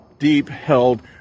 deep-held